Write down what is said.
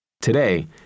Today